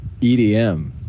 edm